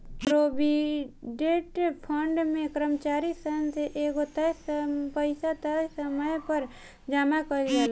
provident fund में कर्मचारी सन से एगो तय पइसा तय समय पर जामा कईल जाला